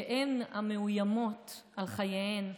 שהן המאוימות על חייהן,